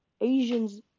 Asians